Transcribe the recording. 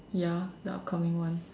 ya the upcoming one